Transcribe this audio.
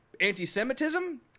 anti-Semitism